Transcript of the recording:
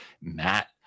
Matt